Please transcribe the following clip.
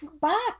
back